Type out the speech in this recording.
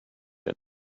your